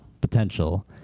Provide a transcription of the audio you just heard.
potential